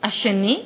השני,